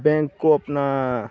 bank को अपना